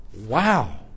Wow